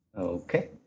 Okay